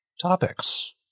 topics